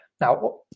Now